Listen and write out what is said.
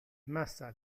masa